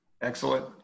Excellent